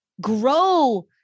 grow